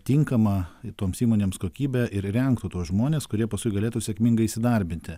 tinkama toms įmonėms kokybe ir rengtų tuos žmones kurie paskui galėtų sėkmingai įsidarbinti